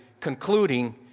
concluding